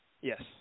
Yes